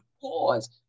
pause